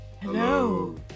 Hello